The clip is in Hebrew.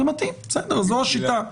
בסדר, זו השיטה.